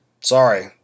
Sorry